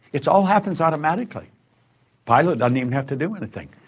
it all happens automatically pilot doesn't even have to do anything.